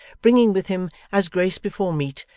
bringing with him, as grace before meat,